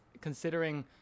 considering